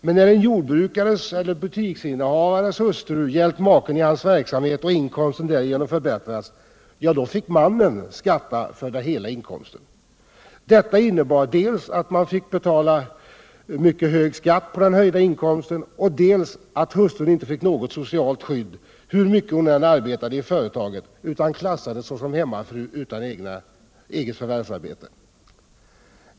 Men när en jordbrukares eller butiksinnehavares hustru hjälpt maken i hans verksamhet Finansdebatt Finansdebatt och inkomsten därigenom förbättrats — ja, då fick mannen skatta för hela inkomsten. Detta innebar dels att man fick betala mycket hög skatt på den höjda inkomsten, dels att hustrun inte fick något socialt skydd hur mycket hon än arbetade i företaget utan klassades såsom hemmafru utan eget förvärvsarbete.